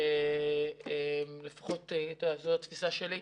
ולפחות זו התפיסה שלי,